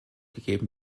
gegeben